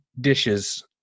dishes